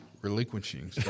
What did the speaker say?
Relinquishing